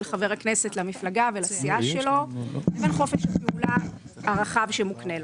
חבר הכנסת למפלגה ולסיעה שלו לבין חופש הפעולה הרחב שמוקנה לו.